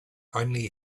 only